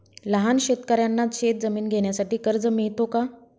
लहान शेतकऱ्यांना शेतजमीन घेण्यासाठी कर्ज मिळतो का?